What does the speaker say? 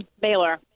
Baylor